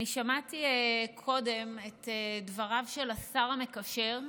אני שמעתי קודם את דבריו של השר המקשר,